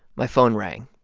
my phone rang.